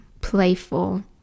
playful